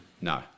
No